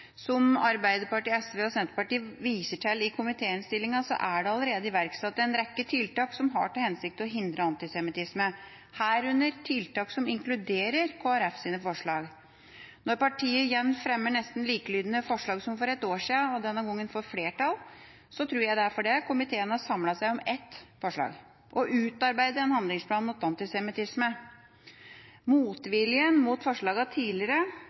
Som Arbeiderpartiet, SV og Senterpartiet viser til i komiteinnstillinga, er det allerede iverksatt en rekke tiltak som har til hensikt å hindre antisemittisme, herunder tiltak som inkluderer Kristelig Folkepartis forslag. Når partiet igjen fremmer nesten likelydende forslag som for et år siden, og denne gangen får flertall, tror jeg det er fordi komiteen har samlet seg om ett forslag: å utarbeide en handlingsplan mot antisemittisme. Motviljen mot forslaga tidligere,